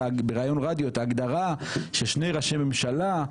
בריאיון רדיו את ההגדרה של שני ראשי ממשלה,